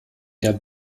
der